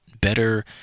better